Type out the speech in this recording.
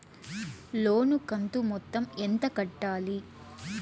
లోను కంతు మొత్తం ఎంత కట్టాలి?